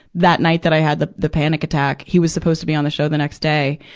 that night that i had the, the panic attack, he was supposed to be on the show the next day,